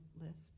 list